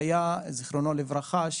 זכרונו לברכה,